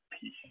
peace